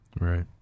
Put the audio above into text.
Right